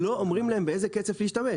לא אומרים להם באיזה קצף להשתמש.